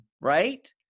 right